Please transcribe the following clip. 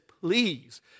Please